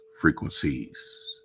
frequencies